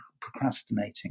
procrastinating